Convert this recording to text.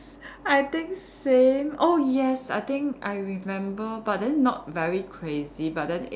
I think same oh yes I think I remember but then not very crazy but then it